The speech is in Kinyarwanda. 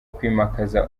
kwimakaza